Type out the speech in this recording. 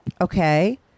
Okay